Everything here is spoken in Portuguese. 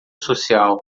social